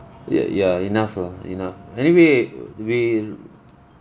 ya ya enough lah enough anyway we